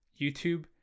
YouTube